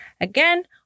Again